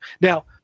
Now